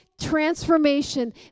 transformation